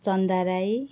Chanda Rai